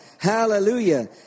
Hallelujah